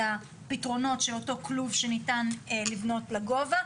הפתרונות של אותו כלוב שניתן לבנות לגובה.